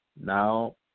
now